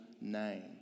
name